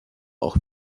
auch